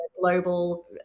global